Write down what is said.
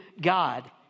God